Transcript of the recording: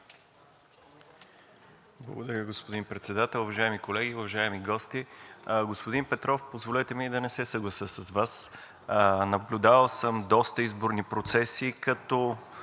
Благодаря, господин Председател. Уважаеми колеги, уважаеми гости! Господин Петров, позволете ми да не се съглася с Вас. Наблюдавал съм доста изборни процеси като